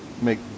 make